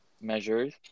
measures